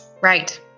Right